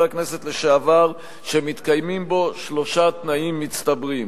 הכנסת לשעבר שמתקיימים בו שלושה תנאים מצטברים.